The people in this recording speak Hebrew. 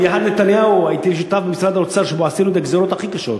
יחד עם נתניהו הייתי שותף במשרד האוצר שבו עשינו את הגזירות הכי קשות.